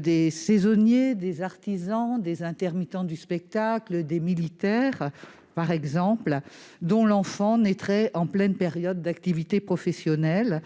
des saisonniers, des artisans, des intermittents du spectacle, des militaires, par exemple, dont l'enfant naîtrait en pleine période d'activité professionnelle ?